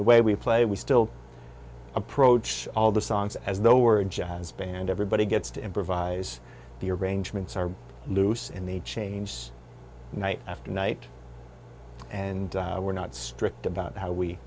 the way we play we still approach all the songs as though we're a jazz band everybody gets to improvise the arrangements are loose in the change night after night and we're not strict about how we